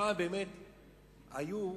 פעם היו,